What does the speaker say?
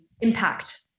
impact